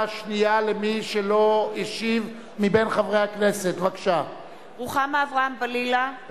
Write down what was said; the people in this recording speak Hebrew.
בעד רוחמה אברהם-בלילא,